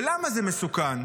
ולמה זה מסוכן?